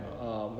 ah